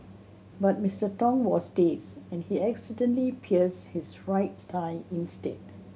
but Mister Tong was dazed and he accidentally pierced his right thigh instead